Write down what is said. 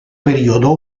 periodo